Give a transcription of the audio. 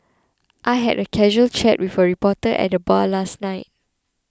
I had a casual chat with a reporter at the bar last night